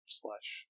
slash